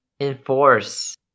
enforce